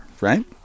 right